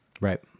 Right